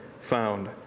found